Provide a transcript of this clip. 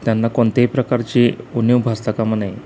त्यांना कोणत्याही प्रकारची उणीव भासता कामा नये